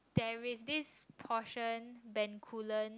there is this portion Bencoolen